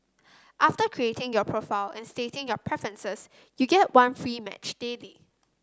after creating your profile and stating your preferences you get one free match daily